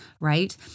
right